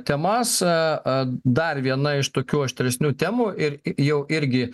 temas a dar viena iš tokių aštresnių temų ir jau irgi